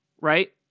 right